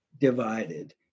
divided